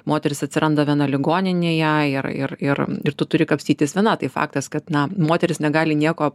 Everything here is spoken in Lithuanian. moteris atsiranda viena ligoninėje ir ir ir ir tu turi kapstytis viena tai faktas kad na moteris negali nieko